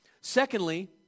Secondly